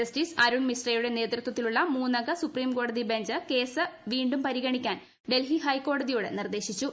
justice Arun മീശ്രയുടെ നേതൃത്വത്തിലുള്ള മൂന്നംഗ സുപ്രീം കോടതി ബഞ്ച് ക്കേസ് വീണ്ടും പരിഗണിക്കാൻ ഡൽഹി ഹൈക്കോടതിയോട് നിർദ്ദേശിച്ചു